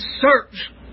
search